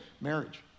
marriage